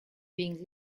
being